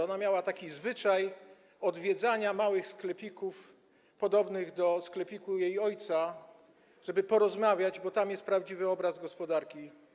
Ona miała taki zwyczaj odwiedzania małych sklepików podobnych do sklepiku jej ojca, żeby porozmawiać, bo to, co się tam dzieje, to jest prawdziwy obraz gospodarki.